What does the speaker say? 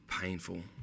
painful